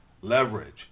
leverage